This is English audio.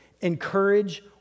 Encourage